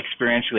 experientially